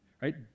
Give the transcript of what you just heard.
right